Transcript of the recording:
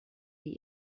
die